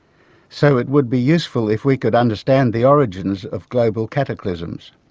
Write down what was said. so it would be useful if we could understand the origins of global cataclysms.